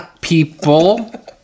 people